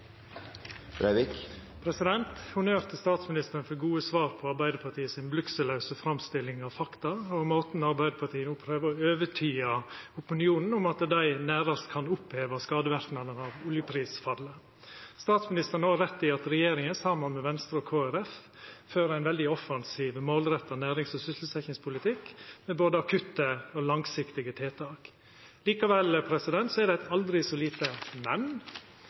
statsministeren for gode svar på Arbeidarpartiet si blygsellause framstilling av fakta og måten Arbeidarpartiet no prøver å overtyda opinionen om at dei nærast kan oppheva skadeverknadene av oljeprisfallet. Statsministeren har òg rett i at regjeringa saman med Venstre og Kristeleg Folkeparti fører ein veldig offensiv og målretta nærings- og sysselsetjingspolitikk med både akutte og langsiktige tiltak. Likevel er det eit aldri så lite